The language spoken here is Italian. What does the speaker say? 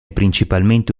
principalmente